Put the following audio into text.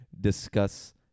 discuss